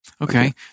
okay